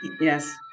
Yes